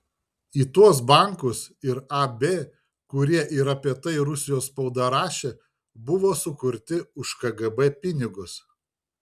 į tuos bankus ir ab kurie ir apie tai rusijos spauda rašė buvo sukurti už kgb pinigus